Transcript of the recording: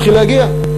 התחיל להגיע,